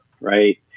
right